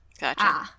Gotcha